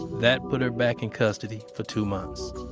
that put her back in custody for two months